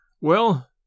Well